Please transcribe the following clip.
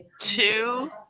two